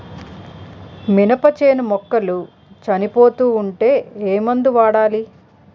మినప చేను మొక్కలు చనిపోతూ ఉంటే ఏమందు వాడాలి?